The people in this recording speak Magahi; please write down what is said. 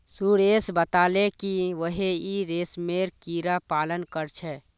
सुरेश बताले कि वहेइं रेशमेर कीड़ा पालन कर छे